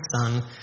son